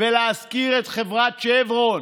ולהזכיר את חברת שברון.